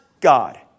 God